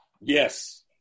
Yes